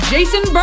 Jason